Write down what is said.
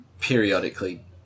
periodically